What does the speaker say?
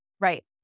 Right